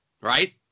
right